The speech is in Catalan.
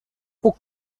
puc